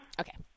Okay